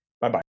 Bye-bye